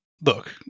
look